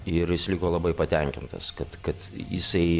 ir jis liko labai patenkintas kad kad jisai